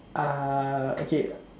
uh okay